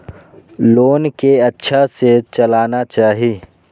Loan के अच्छा से चलाना चाहि?